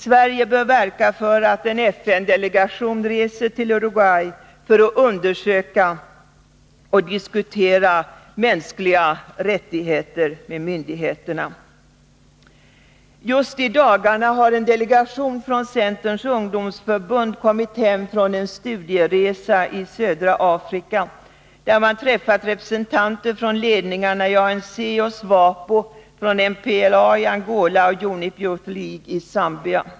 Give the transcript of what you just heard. Sverige bör verka för att en FN-delegation reser till Uruguay för att undersöka och diskutera mänskliga rättigheter med myndigheterna där. Just i dagarna har en delegation från Centerns ungdomsförbund kommit hem från en studieresa i södra Afrika, där man träffat representanter från ledningarna i ANC och SWAPO, från MPLA i Angola och Unip Youth League i Zambia.